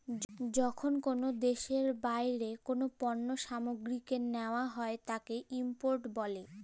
যখন কল দ্যাশের বাইরে কল পল্য সামগ্রীকে লেওয়া হ্যয় তাকে ইম্পোর্ট ব্যলে